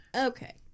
Okay